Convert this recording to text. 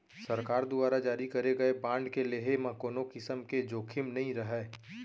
सरकार दुवारा जारी करे गए बांड के लेहे म कोनों किसम के जोखिम नइ रहय